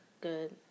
good